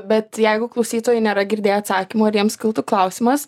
bet jeigu klausytojai nėra girdėję atsakymo ir jiems kiltų klausimas